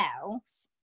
else